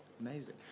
Amazing